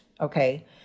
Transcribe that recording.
Okay